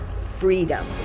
freedom